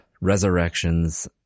Resurrections